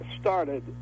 started